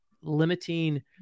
limiting